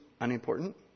unimportant